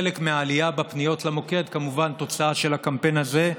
חלק מהעלייה בפניות למוקד הוא תוצאה של הקמפיין הזה,